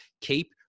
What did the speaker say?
keep